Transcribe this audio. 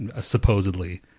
supposedly